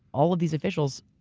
all of these officials,